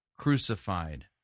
Crucified